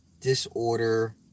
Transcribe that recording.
disorder